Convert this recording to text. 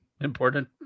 important